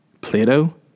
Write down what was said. Plato